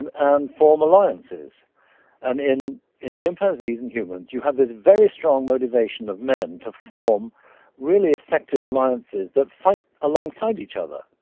and and form alliances and in in chimpanzees and humans, you have this very strong motivation of men to form really effective alliances that fight alongside each other.